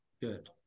good